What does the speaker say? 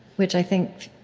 which i think